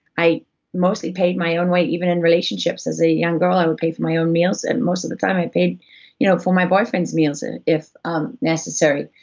i mostly paid my own way, even in relationships as a young girl, i would pay for my own meals and most of the time, i paid you know for my boyfriend's meals ah if um necessary.